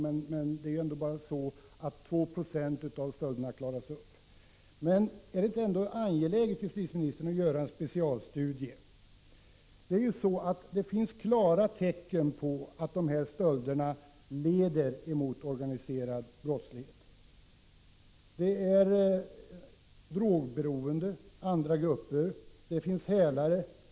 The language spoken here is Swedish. Men det är bara 2 96 av stölderna som klaras upp. Är det ändå inte angeläget att göra en specialstudie? Det finns klara tecken på att stölderna leder till organiserad brottslighet av drogberoende, hälare och andra.